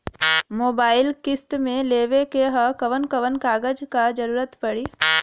Mobile किस्त मे लेवे के ह कवन कवन कागज क जरुरत पड़ी?